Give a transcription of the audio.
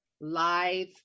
live